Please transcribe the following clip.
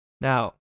Now